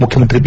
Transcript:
ಮುಖ್ಯಮಂತ್ರಿ ಬಿ